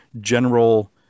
general